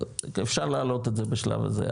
אפשר לעלות את זה בשלב הזה,